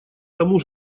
тому